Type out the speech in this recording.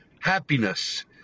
happiness